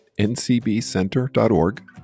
ncbcenter.org